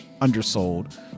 undersold